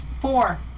Four